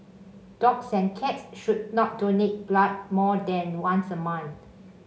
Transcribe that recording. dogs and cats should not donate blood more than once a month